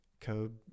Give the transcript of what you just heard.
code